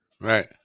Right